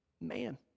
man